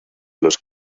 los